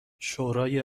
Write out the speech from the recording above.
شورای